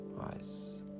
eyes